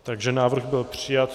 Takže návrh byl přijat.